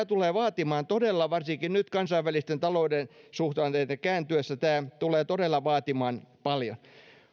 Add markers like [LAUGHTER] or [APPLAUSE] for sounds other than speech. [UNINTELLIGIBLE] tulee vaatimaan varsinkin nyt kansainvälisten talouden suhdanteiden kääntyessä todella paljon